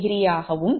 u